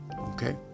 Okay